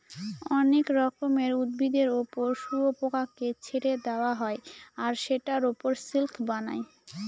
অনেক রকমের উদ্ভিদের ওপর শুয়োপোকাকে ছেড়ে দেওয়া হয় আর সেটার ওপর সিল্ক বানায়